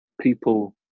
people